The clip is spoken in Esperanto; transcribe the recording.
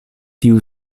tiu